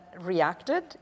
reacted